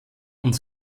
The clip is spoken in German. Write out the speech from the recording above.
und